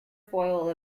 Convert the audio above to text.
foil